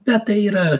bet tai yra